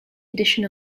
addition